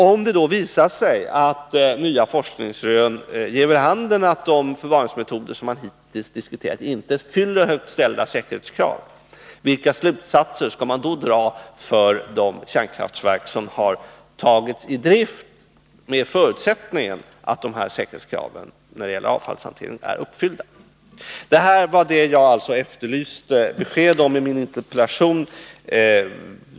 Om nya forskningsrön ger vid handen att de förvaringsmetoder som man hittills diskuterat inte fyller högt ställda säkerhetskrav — vilka slutsatser skall man då dra för de kärnkraftverk som har tagits i drift under förutsättningen att säkerhetskraven när det gäller avfallshanteringen var uppfyllda? Detta är vad jag i min interpellation efterlyste besked om.